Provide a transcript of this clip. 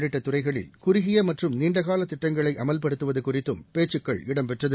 உள்ளிட்ட துறைகளில் குறுகிய மற்றும் நீண்டகால திட்டங்களை அமல்படுத்துவது குறித்தும் பேச்சுக்கள் இடம்பெற்றது